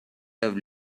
have